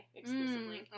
exclusively